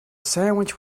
sandwich